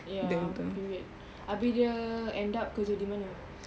ya period abeh dia end up kerja di mana